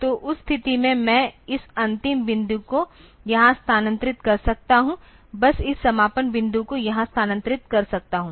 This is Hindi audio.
तो उस स्थिति में मैं इस अंतिम बिंदु को यहां स्थानांतरित कर सकता हूं बस इस समापन बिंदु को यहां स्थानांतरित कर सकता हूं